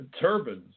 turbines